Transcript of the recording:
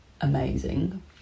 amazing